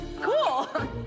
Cool